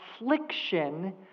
affliction